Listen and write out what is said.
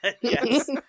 Yes